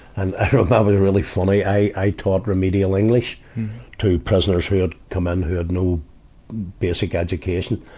and, i remember really funny i, i taught remedial english to prisoners who had come in who had no basic education.